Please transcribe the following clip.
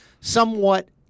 somewhat